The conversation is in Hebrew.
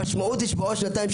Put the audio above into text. המשמעות שעוד שנתיים,